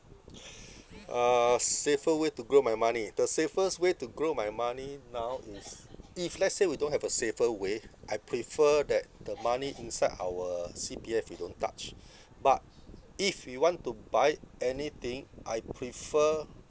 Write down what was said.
uh safer way to grow my money the safest way to grow my money now is if let's say we don't have a safer way I prefer that the money inside our C_P_F you don't touch but if you want to buy anything I prefer